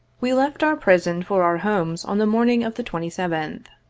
we left our prison for our homes on the morning of the twenty seventh.